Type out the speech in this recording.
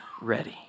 ready